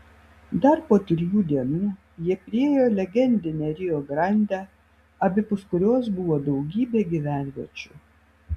dar po trijų dienų jie priėjo legendinę rio grandę abipus kurios buvo daugybė gyvenviečių